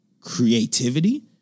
creativity